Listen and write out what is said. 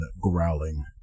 growling